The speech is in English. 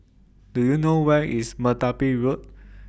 Do YOU know Where IS Merpati Road